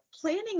planning